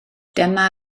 dyma